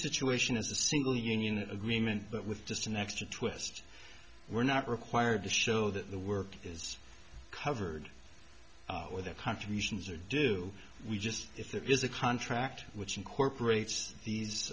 situation as the single union agreement but with just an extra twist we're not required to show that the work is covered with their contributions or do we just if there is a contract which incorporates these